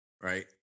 right